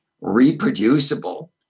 reproducible